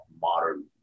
modern